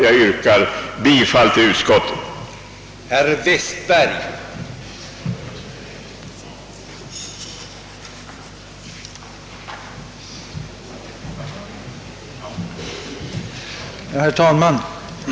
Jag yrkar bifall till utskottets hemställan.